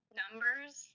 numbers